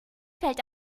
fällt